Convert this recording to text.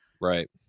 right